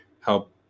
help